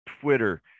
twitter